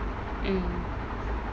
mm